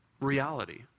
reality